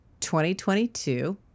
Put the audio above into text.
2022